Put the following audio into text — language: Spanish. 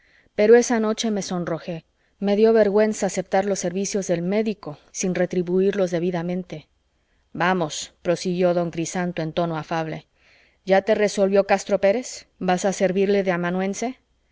pero esa noche me sonrojé me dio vergüenza aceptar los servicios del médico sin retribuirlos debidamente vamos prosiguió don crisanto en tono afable ya te resolvió castro pérez vas a servirle de amanuense